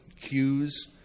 cues